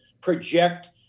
project